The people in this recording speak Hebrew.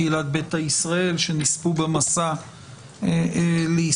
קהילת ביתא ישראל שנספו במסע לישראל,